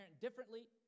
differently